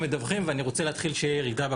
מדווחים ואני רוצה להתחיל שתהיה ירידה בכמות.